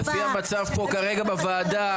לפי המצב פה כרגע בוועדה,